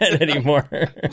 anymore